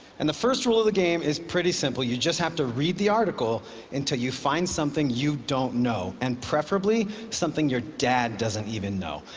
and the first rule of the game is pretty simple. you just have to read the article until you find something you don't know, and preferably something your dad doesn't even know.